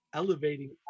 elevating